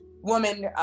woman